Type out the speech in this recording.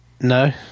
No